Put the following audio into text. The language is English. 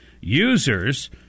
users